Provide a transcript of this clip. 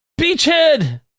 Beachhead